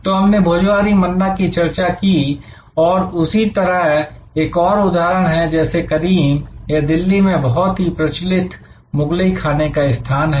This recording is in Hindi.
तो हमने भोजोहोरी मन्ना की चर्चा की और उसी तरह एक और उदाहरण है जैसे करीम यह दिल्ली में एक बहुत ही प्रचलित मुगलई खाने का स्थान है